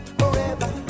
forever